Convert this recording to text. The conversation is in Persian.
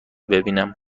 ببینم